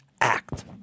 act